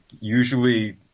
usually